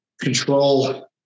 control